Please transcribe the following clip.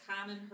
common